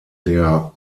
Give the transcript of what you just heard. der